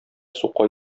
сука